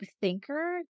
thinker